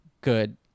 good